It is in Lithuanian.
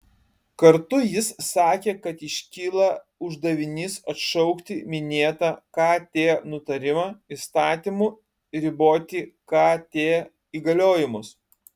kartu jis sakė kad iškyla uždavinys atšaukti minėtą kt nutarimą įstatymu riboti kt įgaliojimus